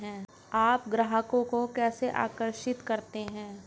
आप ग्राहकों को कैसे आकर्षित करते हैं?